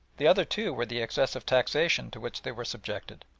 the other two were the excessive taxation to which they were subjected,